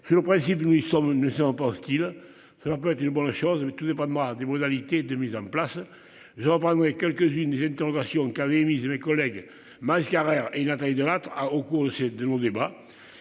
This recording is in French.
Sur le principe, nous y sommes ne sont pas hostiles. Cela peut être une bonne chose, mais tout dépendra des modalités de mise en place. Je vois pas quelques-unes des interrogations. Qu'. Mes collègues. Carrère et Nathalie Delattre a au cours de ces de nos